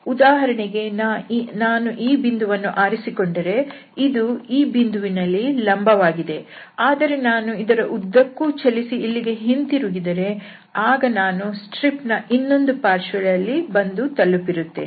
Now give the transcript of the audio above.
ಉದಾಹರಣೆಗೆ ನಾನು ಈ ಬಿಂದುವನ್ನು ಆರಿಸಿಕೊಂಡರೆ ಇದು ಈ ಬಿಂದುವಿನಲ್ಲಿ ಲಂಬ ವಾಗಿದೆ ಆದರೆ ನಾನು ಇದರ ಉದ್ದಕ್ಕೂ ಚಲಿಸಿ ಇಲ್ಲಿಗೆ ಹಿಂತಿರುಗಿದರೆ ಆಗ ನಾನು ಸ್ಟ್ರಿಪ್ ಯ ಇನ್ನೊಂದು ಪಾರ್ಶ್ವದಲ್ಲಿ ಬಂದು ತಲುಪಿರುತ್ತೇನೆ